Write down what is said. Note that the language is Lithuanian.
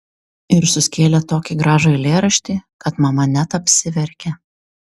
ir suskėlė tokį gražų eilėraštį kad mama net apsiverkė